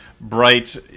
Bright